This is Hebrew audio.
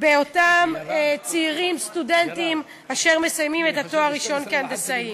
באותם צעירים סטודנטים אשר מסיימים את התואר הראשון כהנדסאים.